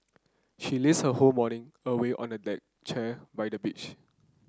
she lazed her whole morning away on a deck chair by the beach